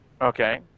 okay